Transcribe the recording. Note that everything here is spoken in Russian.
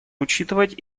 учитывать